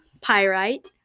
pyrite